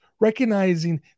recognizing